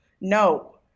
No